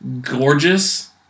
gorgeous